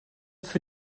für